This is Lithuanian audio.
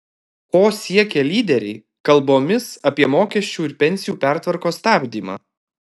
ko siekia lyderiai kalbomis apie mokesčių ir pensijų pertvarkos stabdymą